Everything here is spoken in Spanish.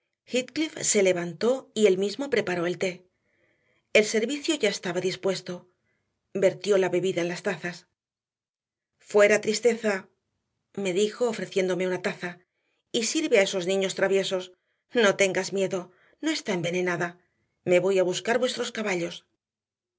se levantó y él mismo preparó el té el servicio ya estaba dispuesto vertió la bebida en las tazas fuera tristeza me dijo ofreciéndome una taza y sirve a esos niños traviesos no tengas miedo no está envenenada me voy a buscar vuestros caballos